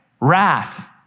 wrath